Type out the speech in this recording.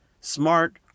smart